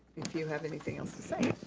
if you have anything else to say.